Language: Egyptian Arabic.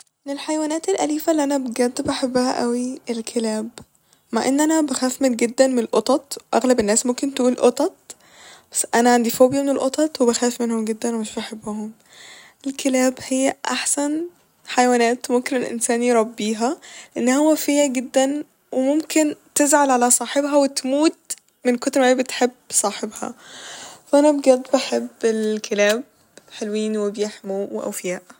من الحيوانات الاليفة اللي انا بجد بحبها اوي الكلاب ، مع ان انا بخاف من جدا م القطط ، اغلب الناس ممكن تقول قطط بس انا عندي فوبيا من القطط وبخاف منهم جدا ومش بحبهم ، الكلاب هي احسن حيوانات ممكن الانسان يربيها لانها وفية جدا وممكن تزعل على صاحبها وتموت من كتر ما هي بتحب صاحبها ف انا بجد بحب الكلاب حلوين وبحمو و اوفياء